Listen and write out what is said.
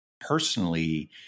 personally